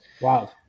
Wow